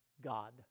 God